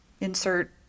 insert